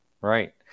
Right